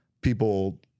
people